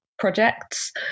projects